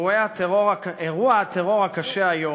אירוע הטרור הקשה היום,